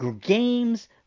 games